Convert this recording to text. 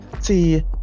See